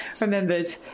remembered